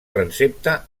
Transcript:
transsepte